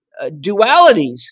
dualities